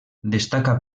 destaca